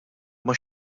imma